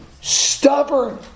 Stubborn